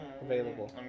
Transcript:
available